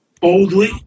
boldly